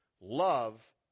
Love